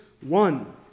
one